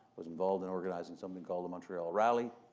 was involved in organizing something called the montreal rally.